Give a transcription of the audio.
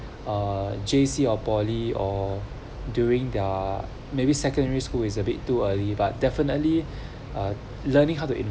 a J_C or poly or during their maybe secondary school is a bit too early but definitely uh learning how to invest